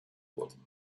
wurden